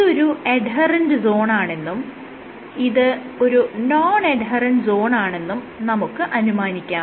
ഇതൊരു എഡ്ഹെറെന്റ് സോണാണെന്നും ഇത് ഒരു നോൺ എഡ്ഹെറെന്റ് സോണാണെന്നും നമുക്ക് അനുമാനിക്കാം